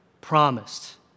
promised